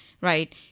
Right